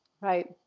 Right